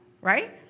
right